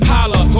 Holla